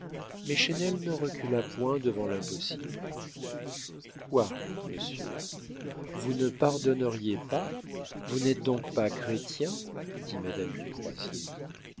mais chesnel ne recula point devant l'impossible quoi monsieur vous ne pardonneriez pas vous n'êtes donc pas chrétien dit madame du croisier